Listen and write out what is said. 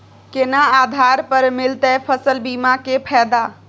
केना आधार पर मिलतै फसल बीमा के फैदा?